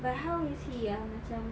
but how is he ah macam